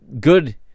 good